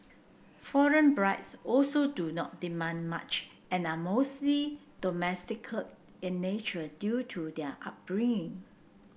foreign brides also do not demand much and are mostly in nature due to their upbringing